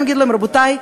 ולהגיד להם: רבותי,